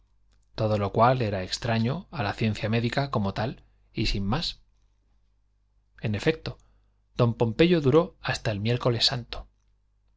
todo lo cual era extraño a la ciencia médica como tal y sin más en efecto don pompeyo duró hasta el miércoles santo